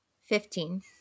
Fifteen